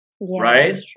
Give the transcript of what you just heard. Right